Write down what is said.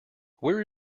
where